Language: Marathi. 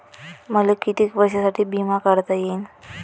मले कितीक वर्षासाठी बिमा काढता येईन?